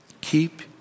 Keep